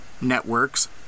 networks